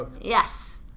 Yes